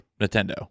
Nintendo